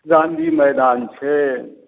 गाँधी मैदान छै